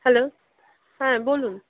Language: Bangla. হ্যালো হ্যাঁ বলুন